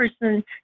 person